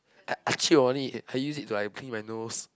I I chew on it I use it to like clean my nose